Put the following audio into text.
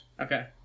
Okay